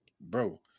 bro